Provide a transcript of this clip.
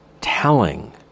telling